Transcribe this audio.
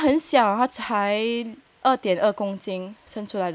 他还很小二点二公斤生出来的时候